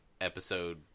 episode